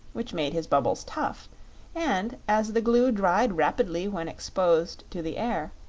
which made his bubbles tough and, as the glue dried rapidly when exposed to the air,